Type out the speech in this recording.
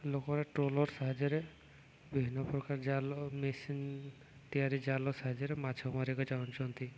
ଲୋକର ଟ୍ରଲର୍ ସାହାଯ୍ୟରେ ବିଭିନ୍ନ ପ୍ରକାର ଜାଲ ମେସିନ୍ ତିଆରି ଜାଲ ସାହାଯ୍ୟରେ ମାଛ ମାରିବା ଯାଉଛନ୍ତି